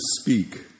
Speak